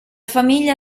famiglia